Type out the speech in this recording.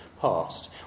past